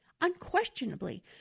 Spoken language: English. unquestionably